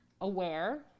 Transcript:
aware